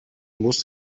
muss